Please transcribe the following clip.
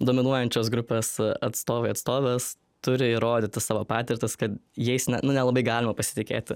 dominuojančios grupės atstovai atstovės turi įrodyti savo patirtis kad jais na na nelabai galima pasitikėti